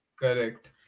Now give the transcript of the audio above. Correct